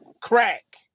crack